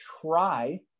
try